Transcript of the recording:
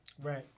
Right